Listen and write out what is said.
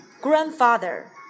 grandfather